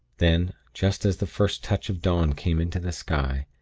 then, just as the first touch of dawn came into the sky,